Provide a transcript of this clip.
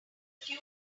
few